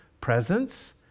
presence